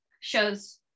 shows